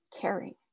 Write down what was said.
caring